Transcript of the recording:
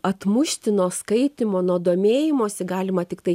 atmušti nuo skaitymo nuo domėjimosi galima tiktai